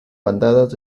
bandadas